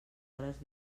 hores